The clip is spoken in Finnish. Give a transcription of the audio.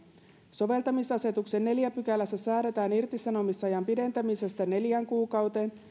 soveltamisasetuksen neljännessä pykälässä säädetään irtisanomisajan pidentämisestä neljään kuukauteen